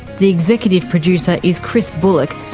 the executive producer is chris bullock,